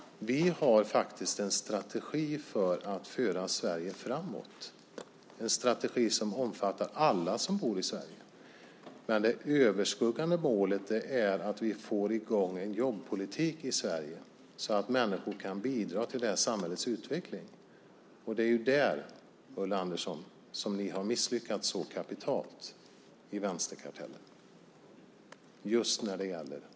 Vi har en strategi för att föra Sverige framåt, en strategi som omfattar alla som bor i Sverige. Det överskuggande målet är att vi får i gång en jobbpolitik i Sverige så att människor kan bidra till det här samhällets utveckling. Det är där, Ulla Andersson, som ni har misslyckats så kapitalt i vänsterkartellen. Det är just när det gäller jobben.